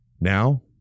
Now